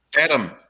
Adam